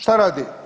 Šta radi?